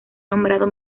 nombrado